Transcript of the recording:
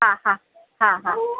हा हा हा हा